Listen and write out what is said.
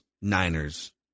Niners